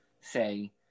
say